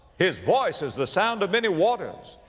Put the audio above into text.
his voice as the sound of many waters.